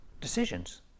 decisions